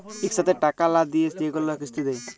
ইকসাথে টাকা লা দিঁয়ে যেগুলা কিস্তি দেয়